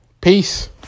peace